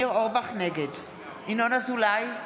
נגד ינון אזולאי,